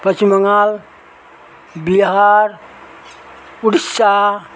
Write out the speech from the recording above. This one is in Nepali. पश्चिम बङ्गाल बिहार ओडिसा